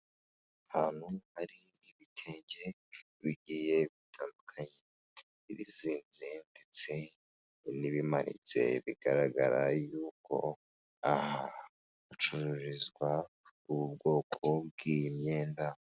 Ahantu hari ibitenge bigiye bitandukanye. Ibizinze ndetse n'ibimanitse, bigaragara yuko aha hacururizwa ubu bwoko bw'iyi myenda.